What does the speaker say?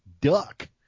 duck